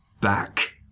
back